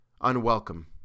unwelcome—